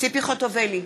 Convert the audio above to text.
ציפי חוטובלי,